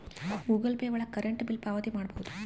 Google Pay ಒಳಗ current bill ಪಾವತಿ ಮಾಡ್ಬೋದು